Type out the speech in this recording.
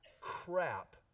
crap